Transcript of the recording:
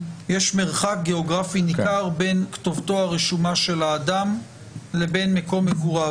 יש מרחק גיאוגרפי ניכר בין כתובתו הרשומה של האדם לבין מקום מגוריו.